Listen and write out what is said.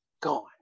Gone